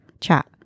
chat